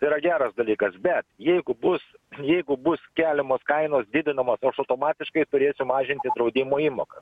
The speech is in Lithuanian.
tai yra geras dalykas bet jeigu bus jeigu bus keliamos kainos didinamos aš automatiškai turėsiu mažinti draudimo įmoką